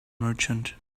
merchant